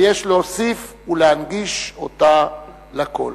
ויש להוסיף ולהנגיש אותה לכול.